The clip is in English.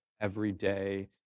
everyday